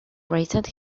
raised